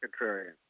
contrarian